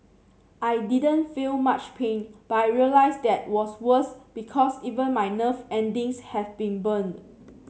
I didn't feel much pain but I realised that was worse because even my nerve endings have been burned